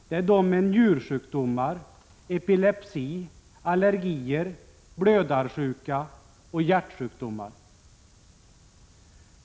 Det är de med njursjukdomar, epilepsi, allergier, blödarsjuka och hjärtsjukdomar.